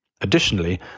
Additionally